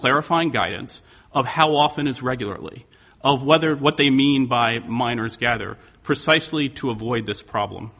clarifying guidance of how often is regularly of whether what they mean by minors gather precisely to avoid this problem